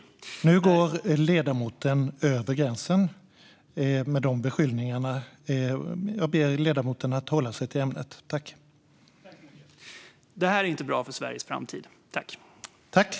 Detta är inte bra för Sveriges framtid.